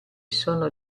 sono